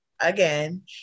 again